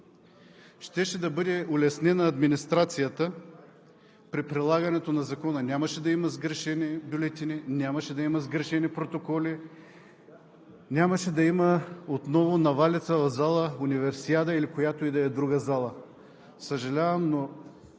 щеше да бъде улеснена администрацията при прилагането на Закона. Нямаше да има сгрешени бюлетини, нямаше да има сгрешени протоколи, нямаше да има отново навалица в зала „Универсиада“ или която и да е друга зала.